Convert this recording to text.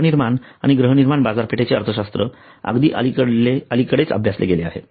गृहनिर्माण आणि गृहनिर्माण बाजारपेठेचे अर्थशास्त्र अगदी अलीकडेच अभ्यासले गेले आहे